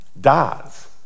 dies